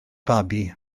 babi